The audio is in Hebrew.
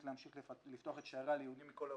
להמשיך לפתוח את שעריה ליהודים מכל העולם,